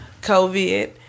COVID